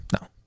No